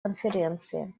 конференции